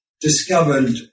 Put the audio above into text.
discovered